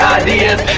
ideas